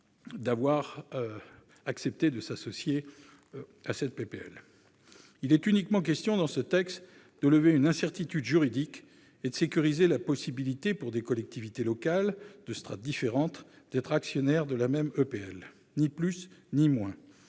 Il est uniquement question dans ce texte de lever une incertitude juridique et de sécuriser la possibilité, pour des collectivités locales de strates différentes, d'être actionnaires de la même EPL. Ni plus ni moins